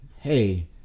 hey